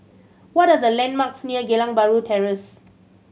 what are the landmarks near Geylang Bahru Terrace